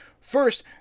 First